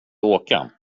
åka